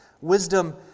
Wisdom